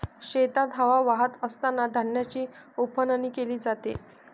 शेतात हवा वाहत असतांना धान्याची उफणणी केली जाते